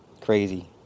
Crazy